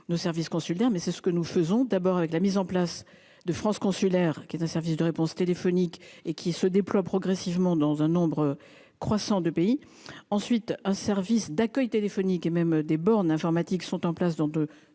tous les publics. C'est d'ailleurs ce que nous faisons : d'abord, nous mettons en place de France Consulaire, un service de réponse téléphonique qui se déploie progressivement dans un nombre croissant de pays ; ensuite, un service d'accueil téléphonique et des bornes informatiques sont en place dans de